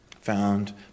found